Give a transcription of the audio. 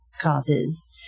causes